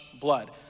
Blood